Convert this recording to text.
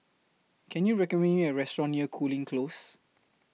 Can YOU recommend Me A Restaurant near Cooling Close